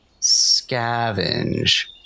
scavenge